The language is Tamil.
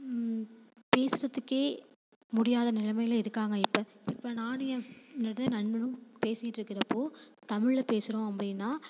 பேசுகிறத்துக்கே முடியாத நிலைமைல இருக்காங்க இப்போ இப்போ நானும் ஏன் எனது நண்பனும் பேசிக்கிட்ருக்கிறப்போ தமிழில் பேசுகிறோம் அப்படின்னா